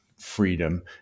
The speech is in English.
freedom